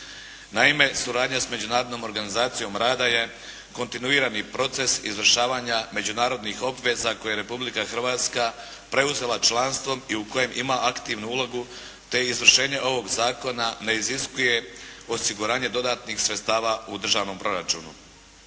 Naime, suradnja s Međunarodnom organizacijom rada je kontinuirani proces izvršavanja međunarodnih obveza koje je Republika Hrvatska preuzela članstvom i u kojem ima aktivnu ulogu, te izvršenje ovog zakona ne iziskuje osiguranje dodatnih sredstava u državnom proračunu.